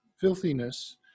filthiness